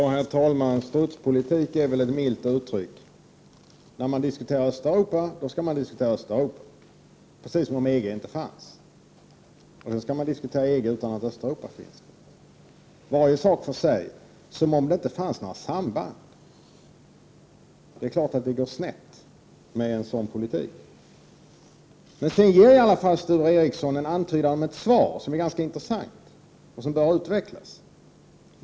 Herr talman! Strutspolitik är väl ett milt uttryck! När man diskuterar Östeuropa, skall man diskutera Östeuropa, precis som om EG inte fanns, och sedan skall man diskutera EG som om inte Östeuropa fanns — varje sak för sig, precis som om det inte fanns några samband. Det är klart att det går snett med en sådan politik! Men sedan ger i alla fall Sture Ericson antydan till ett svar, som är intressant och bör utvecklas.